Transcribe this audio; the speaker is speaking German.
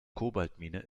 kobaltmine